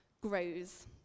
grows